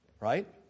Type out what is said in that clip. right